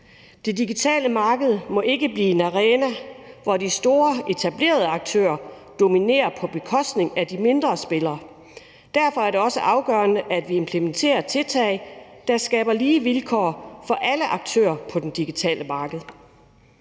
Det digitale marked må ikke blive en arena, hvor de store etablerede aktører dominerer på bekostning af de mindre spillere. Derfor er det også afgørende, at vi implementerer tiltag, der skaber lige vilkår for alle aktører på det digitale marked.